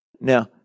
Now